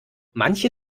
manche